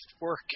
work